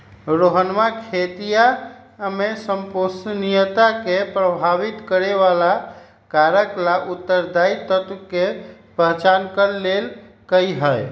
रोहनवा खेतीया में संपोषणीयता के प्रभावित करे वाला कारक ला उत्तरदायी तत्व के पहचान कर लेल कई है